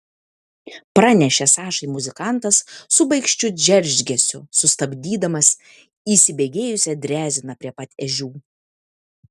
pranešė sašai muzikantas su baikščių džeržgesiu sustabdydamas įsibėgėjusią dreziną prie pat ežių